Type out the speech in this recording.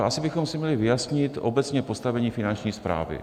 Asi bychom si měli vyjasnit obecně postavení Finanční správy.